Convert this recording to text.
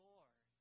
Lord